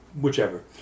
whichever